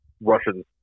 Russian